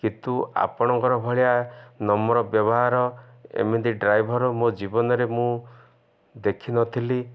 କିନ୍ତୁ ଆପଣଙ୍କର ଭଳିଆ ନମ୍ର ବ୍ୟବହାର ଏମିତି ଡ୍ରାଇଭର୍ ମୋ ଜୀବନରେ ମୁଁ ଦେଖିନଥିଲି